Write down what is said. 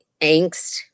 angst